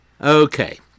Okay